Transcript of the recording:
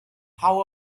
how